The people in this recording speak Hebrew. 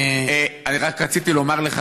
רק רציתי לומר לך,